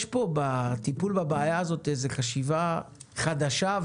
יש פה בטיפול בבעיה הזאת חשיבה חדשה,